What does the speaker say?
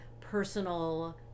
personal